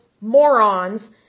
morons